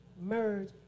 merge